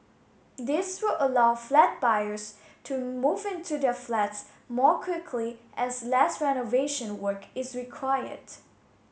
this will allow flat buyers to move into their flats more quickly as less renovation work is required